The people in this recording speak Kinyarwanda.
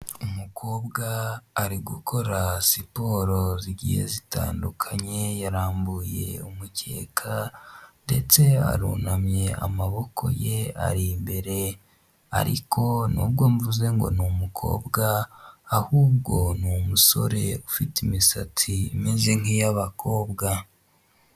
Umukobwa ari gukora siporo zigiye zitandukanye yarambuye umukeka ndetse arunamye amaboko ye ari imbere ariko nubwo mvuze ngo ni umukobwa ahubwo ni umusore ufite imisatsi imeze nk'iy'abakobwa.